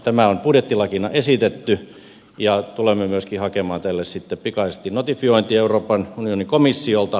tämä on budjettilakina esitetty ja tulemme myöskin hakemaan tälle sitten pikaisesti notifiointia euroopan unionin komissiolta